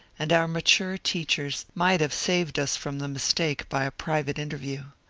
and our mature teachers might have saved us from the mistake by a private interview.